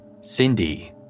Cindy